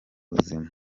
buzima